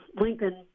Lincoln